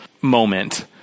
moment